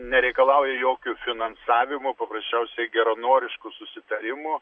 nereikalauja jokio finansavimo paprasčiausiai geranoriškų susitarimų